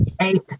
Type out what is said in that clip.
eight